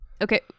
Okay